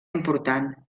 important